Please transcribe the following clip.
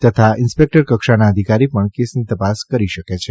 તથા ઇન્સ્પેકટરકક્ષાના અધિકારી પણ કેસની તપાસ કરી શકે છે